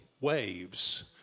waves